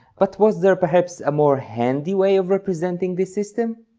but was there perhaps a more handy way of representing this system?